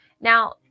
Now